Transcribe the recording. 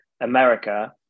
america